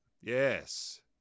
Yes